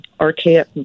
archaic